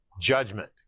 judgment